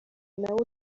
nawe